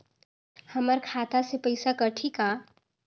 हमर खाता से पइसा कठी का?